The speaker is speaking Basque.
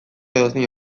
edozein